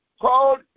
called